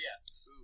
yes